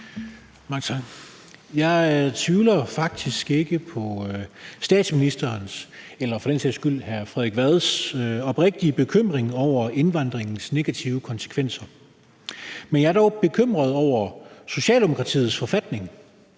Jeg tvivler faktisk ikke på statsministerens eller for den sags skyld hr. Frederik Vads oprigtige bekymring over indvandringens negative konsekvenser, men jeg er bekymret over Socialdemokratiets forfatning.